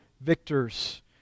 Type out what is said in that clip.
victor's